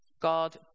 God